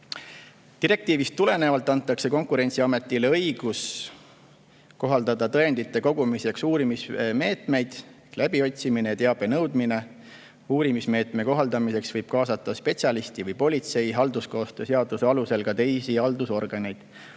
Direktiivist tulenevalt antakse Konkurentsiametile õigus kohaldada tõendite kogumiseks uurimismeetmeid "läbiotsimine" ja "teabe nõudmine". Uurimismeetme kohaldamiseks võib kaasata spetsialisti või politsei ning kohtute seaduse alusel ka teisi haldusorganeid.